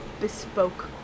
bespoke